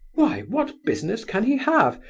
why, what business can he have?